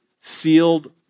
sealed